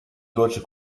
deutsche